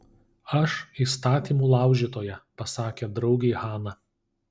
aš įstatymų laužytoja pasakė draugei hana